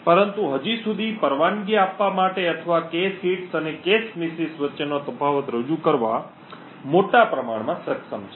પરંતુ હજી સુધી પરવાનગી આપવા માટે અથવા કૅશ હિટ્સ અને કૅશ મિસિસ વચ્ચે નો તફાવત રજુ કરવા મોટા પ્રમાણમાં સમક્ષ છે